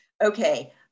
Okay